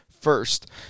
first